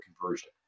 conversion